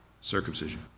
circumcision